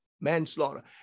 manslaughter